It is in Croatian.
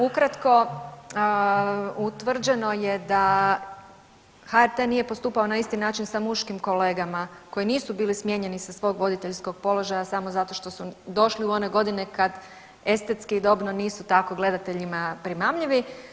Ukratko, utvrđeno je da HRT nije postupao na isti način sa muškim kolegama koji nisu bili smijenjeni sa svog voditeljskog položaja samo zato što su došli u one godine kad estetski i dobno nisu tako gledateljima primamljivi.